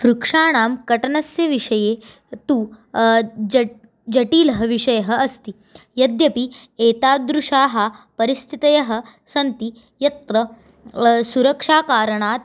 वृक्षाणां कर्तनस्य विषये तु ज जटिलः विषयः अस्ति यद्यपि एतादृशाः परिस्थितयः सन्ति यत्र सुरक्षाकारणात्